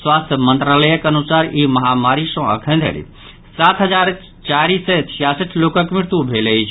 स्वास्थ्य मंत्रालय अनुसार ई महामारी से अखन धरि सात हजार चारि सय छियासठ लोकक मृत्यु भेल अछि